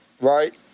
right